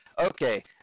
Okay